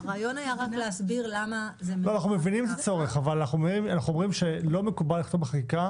אנחנו מבינים את הצורך אבל אנחנו אומרים שלא מקובל לכתוב בחקיקה